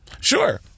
Sure